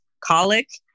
colic